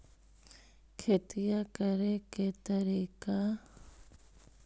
खेतिया करेके के तारिका?